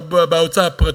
בהוצאה הפרטית,